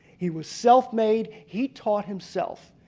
he was self-made. he taught himself.